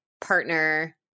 partner